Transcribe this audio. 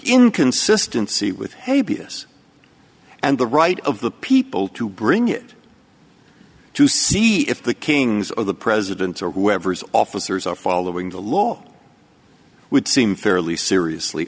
inconsistency with a b s and the right of the people to bring it to see if the kings or the presidents or whoever's officers are following the law would seem fairly seriously